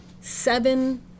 seven